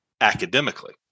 academically